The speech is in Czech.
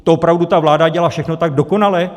To opravdu vláda dělá všechno tak dokonale?